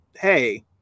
hey